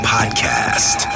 Podcast